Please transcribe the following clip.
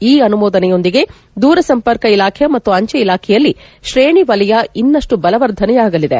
ಈ ಅನುಮೋದನೆಯೊಂದಿಗೆ ದೂರ ಸಂಪರ್ಕ ಇಲಾಖೆ ಮತ್ತು ಅಂಚೆ ಇಲಾಖೆಯಲ್ಲಿ ತ್ರೇಣಿ ವಲಯ ಇನ್ನಷ್ಟು ಬಲವರ್ಧನೆಯಾಗಲಿದೆ